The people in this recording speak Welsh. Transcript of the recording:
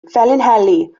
felinheli